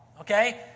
Okay